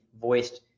voiced